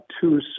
two